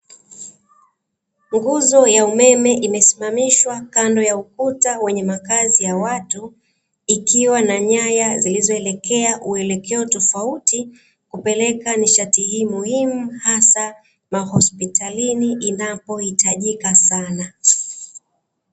Nguzo ya umeme inasimamishwa kando ya ukuta wenye makazi ya watu ikiwa na nyaya, ziliyoelekea uelekeo tofauti, kupeleka nishati hiyo muhimu hasa ya hospitali inayo kuwa inahitajika sana.